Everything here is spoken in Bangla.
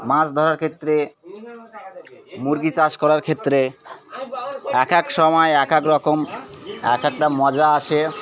মাছ ধরার ক্ষেত্রে মুরগি চাষ করার ক্ষেত্রে এক এক সময় এক এক রকম এক একটা মজা আসে